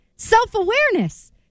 Self-awareness